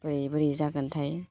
बोरै बोरै जागोनथाय